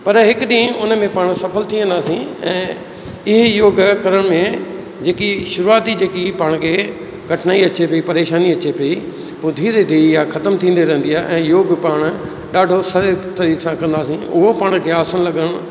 पर हिकु ॾींहुं उनमें पाण सफल थी वेंदासीं ऐं इहा योग करण में जेकी शुरुआती जेकी पाण खे कठिनाई अचे पई परेशानी अचे पई पोइ धीरे धीरे इहा ख़तम थींदी रहंदी आहे ऐं योग पाण ॾाढो सरलु तरीक़े सां कंदासीं उहो पाण खे आसन लॻाइणु